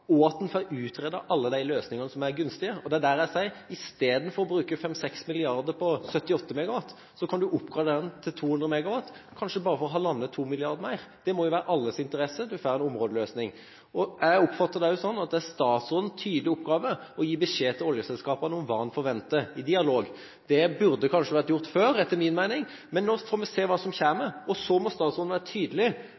og at en får utredet alle de løsningene som er gunstige. Det er da jeg sier: Istedenfor å bruke 5–6 mrd. kr på 78 MW, kan en oppgradere den til 200 MW for kanskje bare 1,5–2 mrd. kr mer. Det må jo være i alles interesse, man får en områdeløsning. Jeg oppfatter det også sånn at det er statsrådens tydelige oppgave å gi beskjed til oljeselskapene om hva han forventer – i dialog. Det burde etter min mening kanskje ha vært gjort før, men nå får vi se hva som